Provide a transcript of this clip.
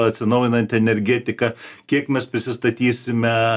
atsinaujinanti energetika kiek mes prisistatysime